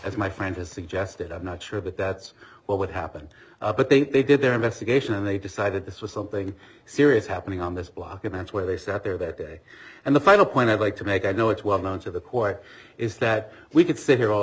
as my friend has suggested i'm not sure but that's what would happen but think they did their investigation and they decided this was something serious happening on this block a bench where they sat there that day and the final point i'd like to make i know it's well known to the court is that we could sit here all